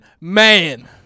man